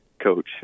coach